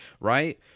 right